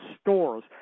stores